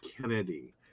Kennedy